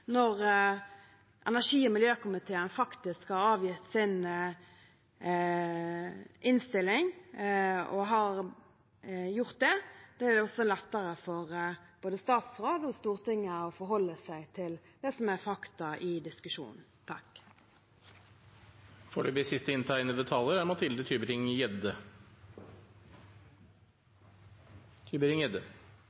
når energi- og miljøkomiteen faktisk har avgitt sin innstilling. Da er det også lettere for både statsråd og Stortinget å forholde seg til det som er fakta i diskusjonen.